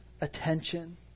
attention